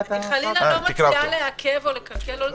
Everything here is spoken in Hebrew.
אני חלילה לא מציעה לעכב או לקלקל,